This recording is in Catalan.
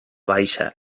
baixa